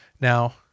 Now